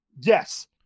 Yes